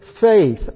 faith